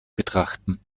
betrachten